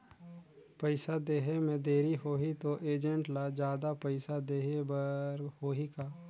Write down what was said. पइसा देहे मे देरी होही तो एजेंट ला जादा पइसा देही बर होही का?